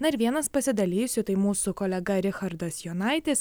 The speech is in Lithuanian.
na vienas pasidalijusių tai mūsų kolega richardas jonaitis